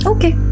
Okay